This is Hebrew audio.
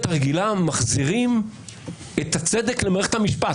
הרגילה "מחזירים את הצדק למערכת המשפט".